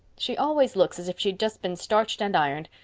she always looks as if she'd just been starched and ironed.